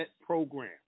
Program